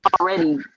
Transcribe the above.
already